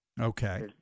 Okay